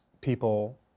people